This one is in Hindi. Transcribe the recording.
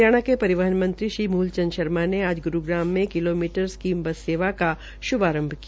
हरियाणा के परिवहन मंत्री श्री मूल चंद शर्मा ने आज गुरूग्राम में किलोमीटर स्कीम बस सेवा का श्भारंभ किया